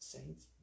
Saints